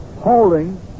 Holding